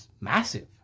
Massive